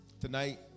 Tonight